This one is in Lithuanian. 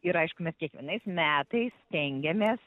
ir aišku mes kiekvienais metais stengiamės